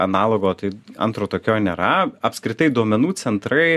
analogo tai antro tokio nėra apskritai duomenų centrai